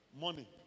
Money